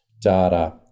data